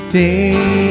day